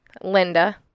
Linda